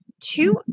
two